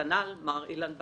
כנ"ל גם אילן בצרי.